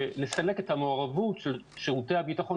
לסלק את המעורבות של שירותי הביטחון